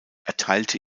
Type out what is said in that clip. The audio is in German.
erteilte